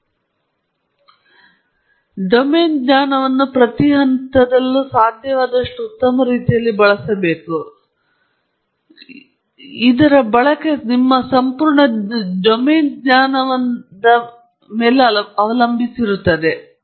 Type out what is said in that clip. ಆದ್ದರಿಂದ ಡೊಮೇನ್ ಜ್ಞಾನವನ್ನು ಪ್ರತಿ ಹಂತದಲ್ಲಿಯೂ ಸಾಧ್ಯವಾದಷ್ಟು ಉತ್ತಮ ರೀತಿಯಲ್ಲಿ ಬಳಸಬೇಕು ಮತ್ತು ನೀವು ಎಷ್ಟು ಡೊಮೇನ್ ಜ್ಞಾನವನ್ನು ಸಂಪೂರ್ಣವಾಗಿ ಅವಲಂಬಿಸಿರುತ್ತೀರಿ